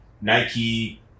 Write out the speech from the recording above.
Nike